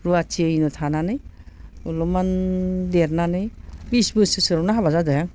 रुवाथियैनो थानानै अलपमान देरनानै बिस बोसोरसोआवनो हाबा जादों आं